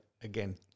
again